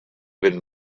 been